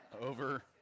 over